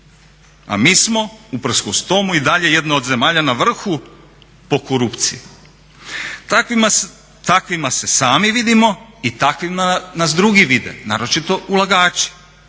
a mi smo usprkos tomu i dalje jedna od zemalja na vrhu po korupciji. Takvima se sami vidimo i takvima nas drugi vide, naročito ulagači,